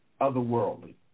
otherworldly